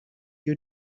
you